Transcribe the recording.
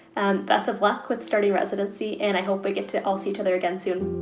best of luck with starting residency, and i hope we get to all see each other again soon.